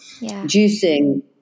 Juicing